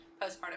postpartum